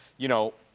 you know,